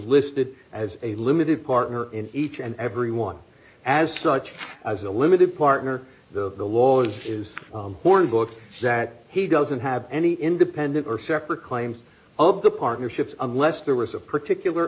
listed as a limited partner in each and every one as such as a limited partner the laws is hornbook that he doesn't have any independent or separate claims of the partnerships unless there was a particular